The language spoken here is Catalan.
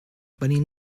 venim